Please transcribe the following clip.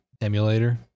emulator